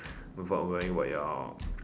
without worrying about your